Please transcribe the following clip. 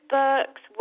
books